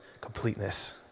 completeness